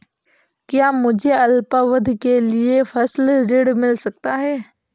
क्या मुझे अल्पावधि के लिए फसल ऋण मिल सकता है?